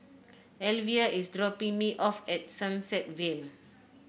Elvia is dropping me off at Sunset Vale